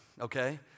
Okay